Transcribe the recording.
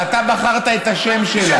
ואתה בחרת את השם שלה.